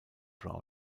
brown